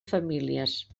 famílies